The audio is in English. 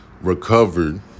recovered